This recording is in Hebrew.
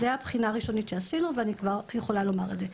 זו הבחינה הראשונית שעשינו ואני כבר יכולה לומר את זה.